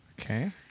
Okay